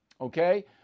Okay